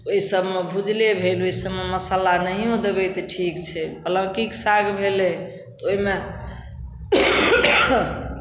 ओहि सभमे भुजले भेल ओहि सभमे मसाला नहिओ देबै तऽ ठीक छै पलाकीके साग भेलै तऽ ओहिमे